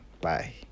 bye